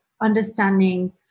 understanding